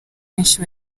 benshi